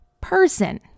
person